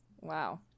Wow